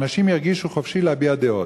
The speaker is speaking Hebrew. שאנשים ירגישו חופשי להביע דעות.